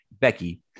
Becky